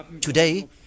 Today